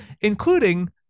including